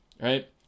right